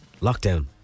lockdown